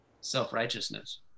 self-righteousness